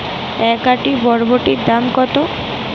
এক আঁটি বরবটির দাম কত?